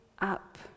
up